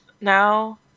now